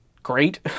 great